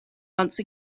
once